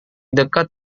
dekat